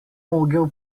mogel